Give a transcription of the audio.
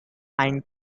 and